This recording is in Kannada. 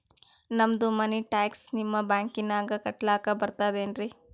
ನಮ್ದು ಮನಿ ಟ್ಯಾಕ್ಸ ನಿಮ್ಮ ಬ್ಯಾಂಕಿನಾಗ ಕಟ್ಲಾಕ ಬರ್ತದೇನ್ರಿ?